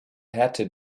härte